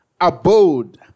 abode